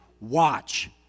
watch